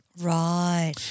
Right